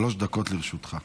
שלוש דקות לרשותך.